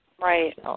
Right